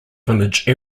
village